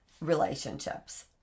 relationships